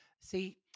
see